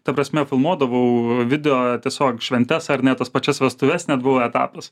ta prasme filmuodavau video tiesiog šventes ar ne tas pačias vestuves net buvo etapas